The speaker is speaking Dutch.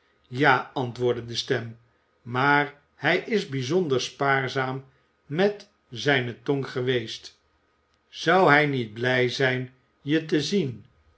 ja antwoordde de stem maar hij is bijzonder spaarzaam met zijne tong geweest zou hij niet blij zijn je te zien